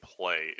play